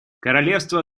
королевство